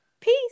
peace